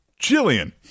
Jillian